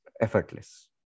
effortless